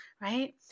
right